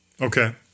Okay